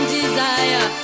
desire